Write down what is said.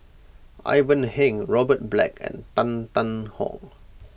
Ivan Heng Robert Black and Tan Tarn How